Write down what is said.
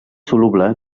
soluble